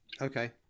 Okay